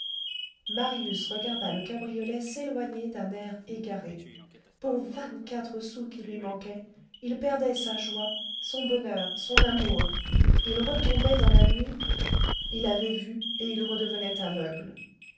marius regarda le cabriolet s'éloigner d'un air égaré pour vingt-quatre sous qui lui manquaient il perdait sa joie son bonheur son amour il retombait dans la nuit il avait vu et il redevenait aveugle